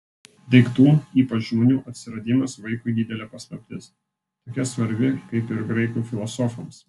daiktų ypač žmonių atsiradimas vaikui didelė paslaptis tokia svarbi kaip ir graikų filosofams